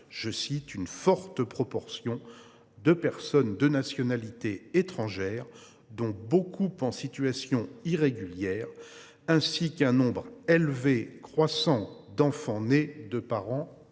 Mayotte « une forte proportion de personnes de nationalité étrangère, dont beaucoup en situation irrégulière, ainsi qu’un nombre élevé et croissant d’enfants nés de parents étrangers ».